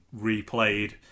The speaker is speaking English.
replayed